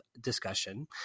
discussion